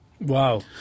Wow